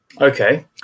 Okay